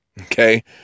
Okay